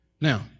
Now